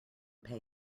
pay